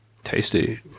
Tasty